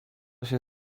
się